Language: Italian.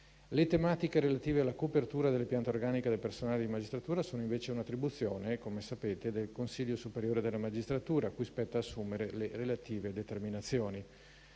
Le tematiche relative alla copertura delle piante organiche del personale di magistratura sono invece un'attribuzione - come sapete - del Consiglio superiore della magistratura, a cui spetta assumere le relative determinazioni.